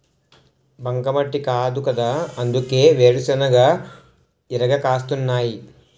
బంకమట్టి కాదుకదా అందుకే వేరుశెనగ ఇరగ కాస్తున్నాయ్